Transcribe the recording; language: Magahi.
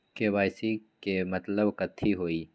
के.वाई.सी के मतलब कथी होई?